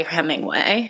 Hemingway